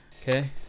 okay